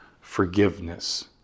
forgiveness